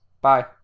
Bye